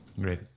Great